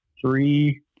three